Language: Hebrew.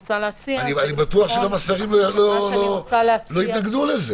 בממשלה כתוצאה מהצורך להחיל מהלף באופן מיידי.